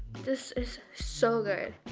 this is so good.